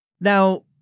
Now